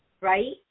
right